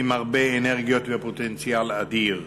עם הרבה אנרגיות ופוטנציאל אדיר.